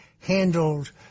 handled